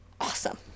awesome